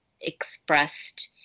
expressed